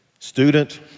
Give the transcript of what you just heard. Student